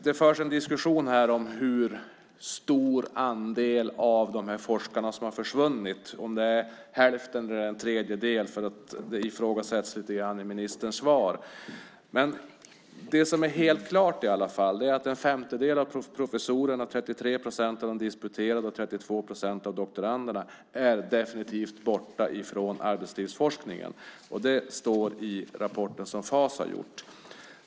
Det förs en diskussion om hur stor andel av forskarna som har försvunnit, om det är hälften eller en tredjedel. Det ifrågasätts lite grann i ministerns svar. Men det som i alla fall är helt klart är att en femtedel av professorerna, 33 procent av de disputerade och 32 procent av doktoranderna är definitivt borta från arbetslivsforskningen. Det står i den rapport som Fas har gjort.